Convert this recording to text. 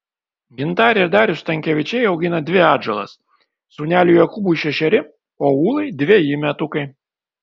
gintarė ir darius stankevičiai augina dvi atžalas sūneliui jokūbui šešeri o ūlai dveji metukai